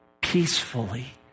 peacefully